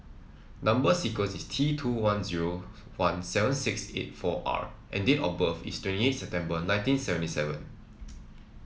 number sequence is T two one zero one seven six eight four R and date of birth is twenty eight September nineteen seventy seven